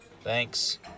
Thanks